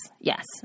Yes